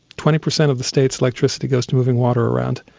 twenty per cent of the state's electricity goes to moving water around.